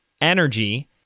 energy